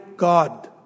God